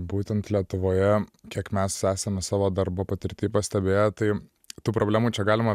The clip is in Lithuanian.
būtent lietuvoje kiek mes esame savo darbo patirty pastebėję tai tų problemų čia galima